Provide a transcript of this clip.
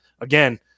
Again